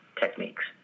techniques